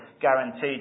guaranteed